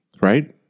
right